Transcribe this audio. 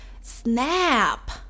snap